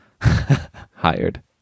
hired